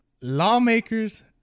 lawmakers